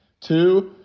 two